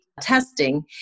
testing